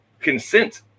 consent